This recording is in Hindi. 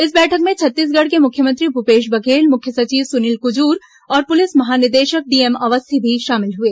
इस बैठक में छत्तीसगढ़ के मुख्यमंत्री भूपेश बघेल मुख्य सचिव सुनील कुजूर और पुलिस महानिदेशक डीएम अवस्थी भी शामिल हुए